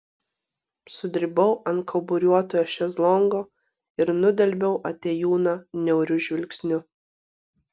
sudribau ant kauburiuoto šezlongo ir nudelbiau atėjūną niauriu žvilgsniu